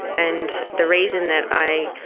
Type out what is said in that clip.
and the reason that i